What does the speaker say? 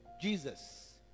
Jesus